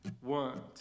one